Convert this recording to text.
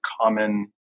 common